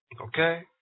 Okay